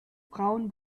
braun